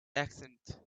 accent